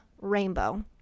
rainbow